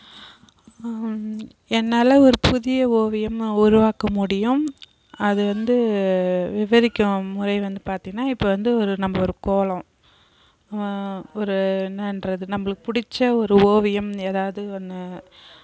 என்னால் ஒரு புதிய ஓவியமாக உருவாக்க முடியும் அது வந்து விவரிக்கும் முறை வந்து பார்த்தினா இப்போ வந்து ஒரு நம்ம ஒரு கோலம் ஒரு என்னன்றது நம்மளுக்கு பிடிச்ச ஒரு ஓவியம் எதாவது ஒன்று